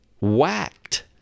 whacked